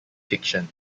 fiction